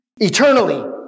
Eternally